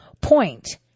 point